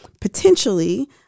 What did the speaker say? potentially